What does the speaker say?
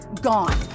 gone